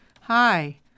Hi